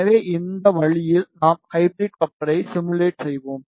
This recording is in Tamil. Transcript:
எனவே இந்த வழியில் நாம் ஹைபிரிட் கப்ளரை சிமுலேட் செய்வோம்